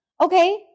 Okay